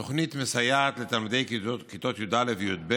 התוכנית מסייעת לתלמידי כיתות י"א-י"ב